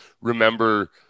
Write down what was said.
remember